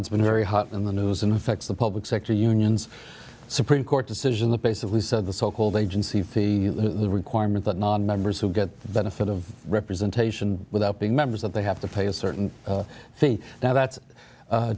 that's been very hot in the news and affects the public sector unions supreme court decision that basically said the so called agency fee requirement that nonmembers who get benefits representation without being members that they have to pay a certain fee now that's